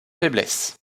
faiblesses